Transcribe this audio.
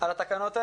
על התקנות.